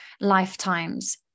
lifetimes